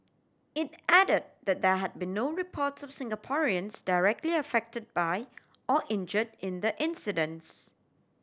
it added that there had been no reports of Singaporeans directly affected by or injure in the incidents